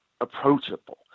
approachable